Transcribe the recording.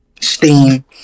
Steam